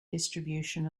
distribution